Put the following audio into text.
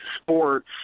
sports